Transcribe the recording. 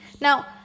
Now